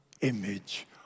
image